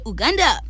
Uganda